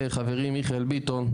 זה, חברי מיכאל ביטון,